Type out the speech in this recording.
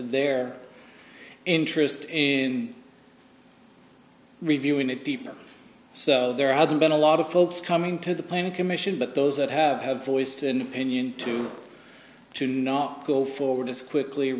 their interest in reviewing it deeper so there hasn't been a lot of folks coming to the planning commission but those that have voiced an opinion to to not go forward as quickly